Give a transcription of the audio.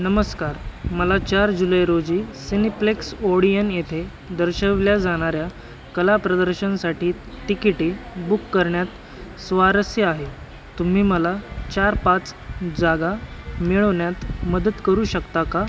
नमस्कार मला चार जुलै रोजी सिनिप्लेक्स ओडियन येथे दर्शवल्या जाणाऱ्या कलाप्रदर्शनासाठी तिकिटे बुक करण्यात स्वारस्य आहे तुम्ही मला चार पाच जागा मिळवण्यात मदत करू शकता का